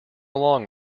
along